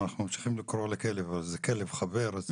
ואנחנו ממשיכים לקרוא לו כלב אבל זה כלב חבר,